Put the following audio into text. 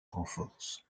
renforcent